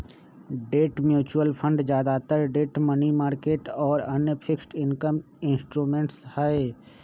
debt mutual fund ज्यादातर debt, money market और अन्य फिक्स्ड इनकम इंस्ट्रूमेंट्स हई